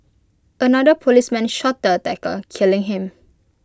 another policeman shot the attacker killing him